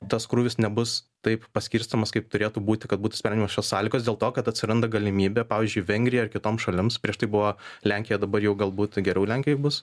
tas krūvis nebus taip paskirstomas kaip turėtų būti kad būtų spermišos sąlygos dėl to kad atsiranda galimybė pavyzdžiui vengrija ar kitom šalims prieš tai buvo lenkija dabar jau galbūt geriau lenkijoj bus